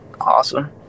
awesome